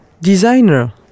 designer